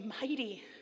mighty